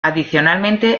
adicionalmente